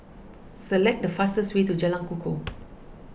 select the fastest way to Jalan Kukoh